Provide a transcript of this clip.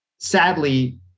Sadly